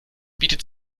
bietet